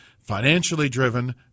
financially-driven